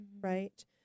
Right